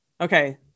Okay